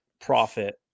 profit